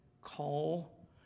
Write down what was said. call